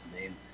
name